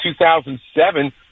2007